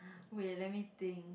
wait let me think